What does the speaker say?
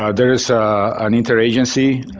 there is an interagency,